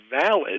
valid